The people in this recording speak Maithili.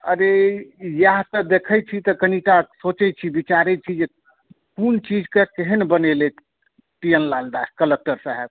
अरे इएह तऽ देखैत छी तऽ कनिटा सोचैत छी विचारैत छी जेकि कोनो चीजके केहन बनेलथि पी एल दास कलेक्टर साहब